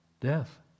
death